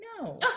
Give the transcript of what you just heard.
No